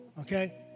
okay